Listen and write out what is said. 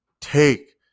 take